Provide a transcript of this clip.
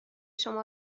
شما